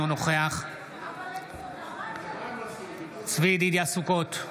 אינו נוכח צבי ידידיה סוכות,